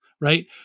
right